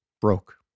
broke